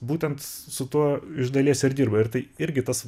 būtent su tuo iš dalies ir dirba ir tai irgi tas